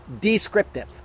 descriptive